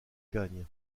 gagne